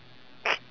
as a gift